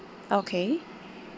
okay